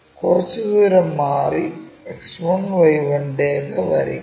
കുറച്ച് ദൂരം മാറി X1Y1 രേഖ വരയ്ക്കുക